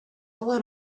one